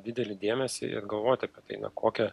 didelį dėmesį ir galvoti apie tai na kokia